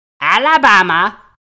Alabama